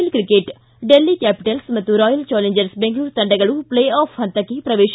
L cricket Delhi Capital ಮತ್ತು Royal Challengers Bengaluru ತಂಡಗಳು play off ಹಂತಕ್ಕೆ ಪ್ರವೇಶ